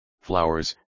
flowers